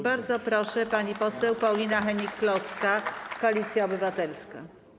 Bardzo proszę, pani poseł Paulina Hennig-Kloska, Koalicja Obywatelska.